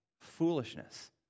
foolishness